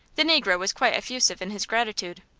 the negro was quite effusive in his gratitude.